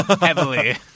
Heavily